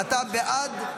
אתה בעד.